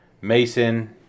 Mason